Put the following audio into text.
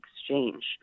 Exchange